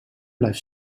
blijft